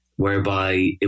whereby